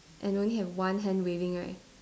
and only have one hand waving right